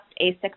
ASIC